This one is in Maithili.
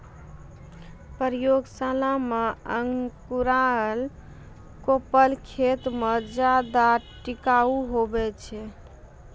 प्रयोगशाला मे अंकुराएल कोपल खेत मे ज्यादा टिकाऊ हुवै छै